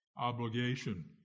obligation